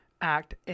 act